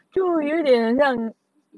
啊就是有点让